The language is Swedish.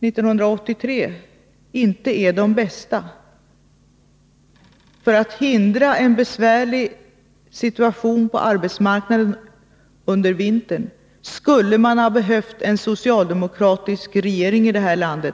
1983 inte är de bästa. För att hindra en besvärlig situation på arbetsmarknaden under vintern skulle man redan tidigare ha behövt en socialdemokratisk regering i detta land.